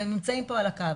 והם נמצאים פה על הקו,